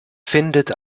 findet